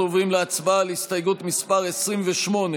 אנחנו עוברים להצבעה על הסתייגות מס' 28,